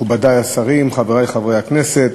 מכובדי השרים, חברי חברי הכנסת,